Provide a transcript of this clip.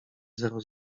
zero